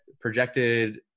projected